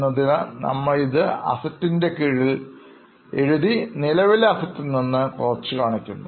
എന്നതിനാൽ നമ്മൾ ഇത് Assets കീഴിൽ എഴുതി നിലവിലെ Assets നിന്നും കുറച്ചു കാണിക്കുന്നു